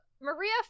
Maria